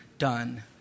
Done